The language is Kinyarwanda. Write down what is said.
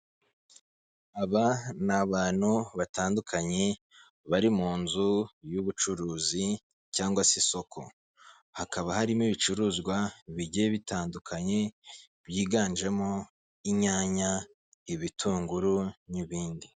Aba ni abantu batandukanye bari mu nzu y'ubucuruzi cyangwa se isoko hakaba harimo ibicuruzwa bijye bitandukanye byiganjemo inyanya, ibitunguru, n'ibindi.